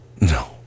No